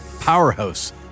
powerhouse